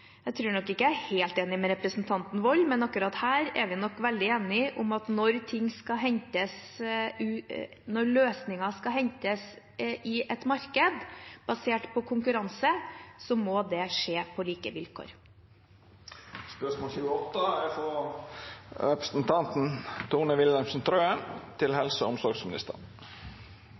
nok ikke jeg er helt enig med representanten Wold, men akkurat her er vi nok veldig enige om at når løsninger skal hentes i et marked basert på konkurranse, må det skje på like vilkår.